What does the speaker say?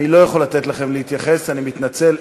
אני לא יכול לתת לכם להתייחס, אני מתנצל.